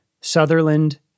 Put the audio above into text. Sutherland